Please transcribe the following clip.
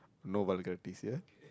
no vulgarities ya